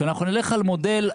שאנחנו נלך על מודל,